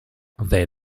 their